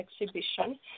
exhibition